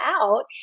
out